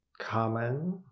common